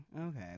okay